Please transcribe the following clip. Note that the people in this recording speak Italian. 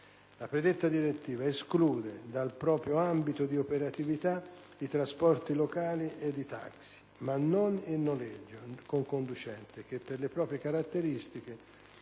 La predetta direttiva esclude dal proprio ambito di operatività i trasporti locali ed i taxi ma non il noleggio con conducente che, per le proprie caratteristiche,